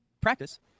practice